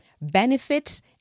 benefits